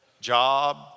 job